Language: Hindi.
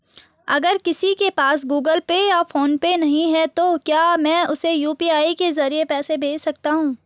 अगर किसी के पास गूगल पे या फोनपे नहीं है तो क्या मैं उसे यू.पी.आई के ज़रिए पैसे भेज सकता हूं?